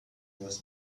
was